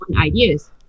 ideas